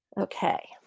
Okay